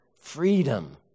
freedom